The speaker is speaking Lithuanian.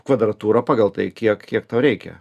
kvadratūra pagal tai kiek kiek tau reikia